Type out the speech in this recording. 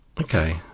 okay